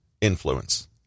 influence